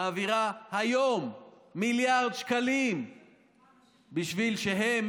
מעבירה היום מיליארד שקלים בשביל שהם